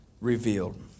revealed